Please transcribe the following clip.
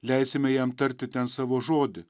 leisime jam tarti ten savo žodį